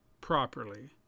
properly